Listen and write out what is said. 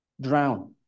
drown